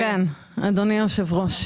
אדוני היושב ראש,